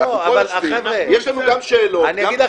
אנחנו פה יושבים, יש לנו גם שאלות, גם דברים.